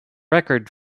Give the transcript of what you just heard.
record